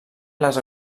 les